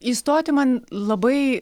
įstoti man labai